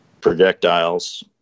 projectiles